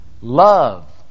love